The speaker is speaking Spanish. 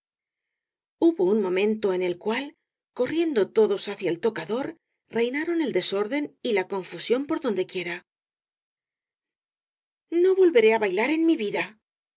hubo un momento en el cual corriendo todos hacia el tocador reinaron el desorden y la confusión por dondequiera no volveré á bailar en mi vida